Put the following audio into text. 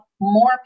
more